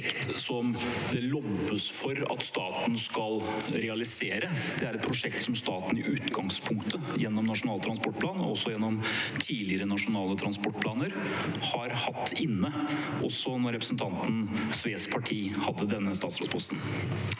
dette et prosjekt som det lobbes for at staten skal realisere. Det er et prosjekt som staten i utgangspunktet gjennom Nasjonal transportplan, og også gjennom tidligere nasjonale transportplaner, har hatt inne, også da representanten Sves parti hadde denne statsrådsposten.